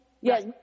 Yes